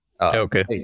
Okay